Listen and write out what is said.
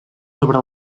sobre